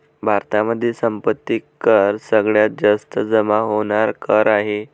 भारतामध्ये संपत्ती कर सगळ्यात जास्त जमा होणार कर आहे